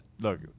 Look